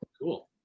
Cool